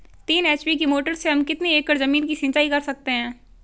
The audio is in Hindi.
तीन एच.पी की मोटर से हम कितनी एकड़ ज़मीन की सिंचाई कर सकते हैं?